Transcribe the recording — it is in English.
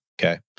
Okay